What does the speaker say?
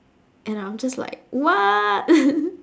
and I'm just like what